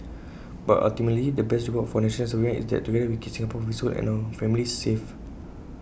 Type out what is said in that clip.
but ultimately the best reward for National Servicemen is that together we keep Singapore peaceful and our families safe